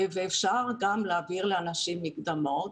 אפשר גם להעביר לאנשים מקדמות.